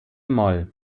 moll